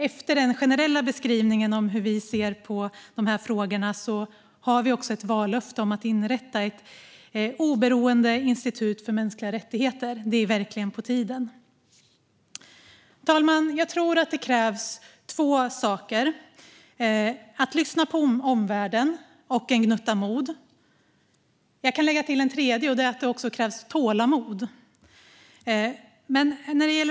Efter den generella beskrivningen av hur vi ser på de frågorna har vi också ett vallöfte om att inrätta "en oberoende institution för mänskliga rättigheter". Det är verkligen på tiden. Fru talman! Jag tror att det krävs två saker: att lyssna på omvärlden och att ha en gnutta mod. Jag kan lägga till en tredje. Det krävs också tålamod.